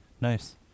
Nice